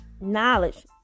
knowledge